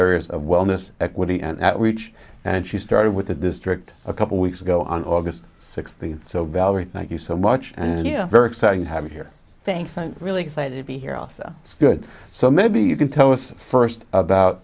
areas of wellness equity and that which and she started with the district a couple weeks ago on august sixteenth so valerie thank you so much and you very exciting to have you here thanks i'm really excited to be here also it's good so maybe you can tell us first about